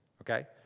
Okay